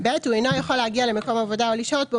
הוא אינו יכול להגיע למקום העבודה או לשהות בו,